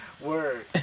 Word